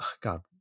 God